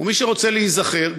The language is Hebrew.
מי שרוצה להיזכר,